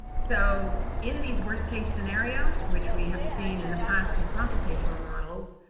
so, in these worst case scenarios, which we have seen in the past with computational models,